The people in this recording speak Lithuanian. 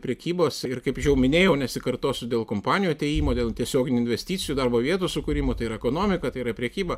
prekybos ir kaip jau minėjau nesikartosiu dėl kompanijų atėjimo dėl tiesioginių investicijų darbo vietų sukūrimo tai yra ekonomika tai yra prekyba